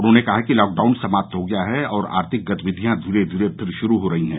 उन्होंने कहा कि लॉकडाउन खत्म हो गया है और आर्थिक गतिविधियां धीरे धीरे फिर शुरू हो रही हैं